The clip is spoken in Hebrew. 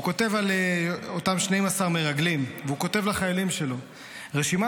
הוא כותב על אותם 12 מרגלים לחיילים שלו: רשימת